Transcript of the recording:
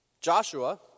Joshua